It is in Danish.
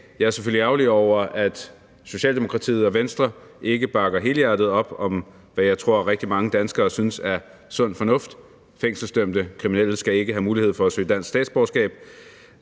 Jeg er selvfølgelig ærgerlig over, at Socialdemokratiet og Venstre ikke bakker helhjertet op om, hvad jeg tror rigtig mange danskere synes er sund fornuft. Fængselsdømte, kriminelle udlændinge skal ikke have mulighed for at søge dansk statsborgerskab.